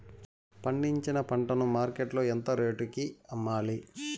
పండించిన పంట ను మార్కెట్ లో ఎంత రేటుకి అమ్మాలి?